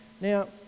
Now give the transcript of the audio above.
Now